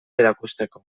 erakusteko